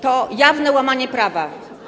To jawne łamanie prawa.